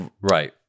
Right